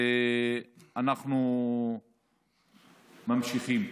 ואנחנו ממשיכים.